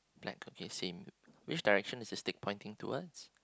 black it's same which direction is the stick pointing towards